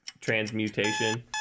transmutation